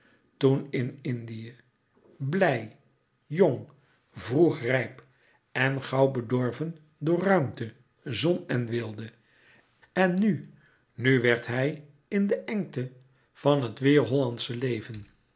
toen in indië blij jong vroegrijp en gauw bedorven door ruimte zon en weelde en nu nu werd hij in de engte van het weêr hollandsche leven